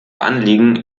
anliegen